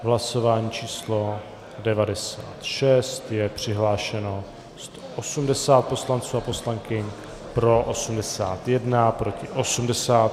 V hlasování číslo 96 je přihlášeno 180 poslanců a poslankyň, pro 81, proti 80.